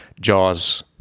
Jaws